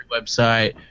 website